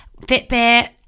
fitbit